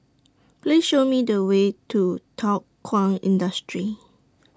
Please Show Me The Way to Thow Kwang Industry